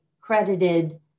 credited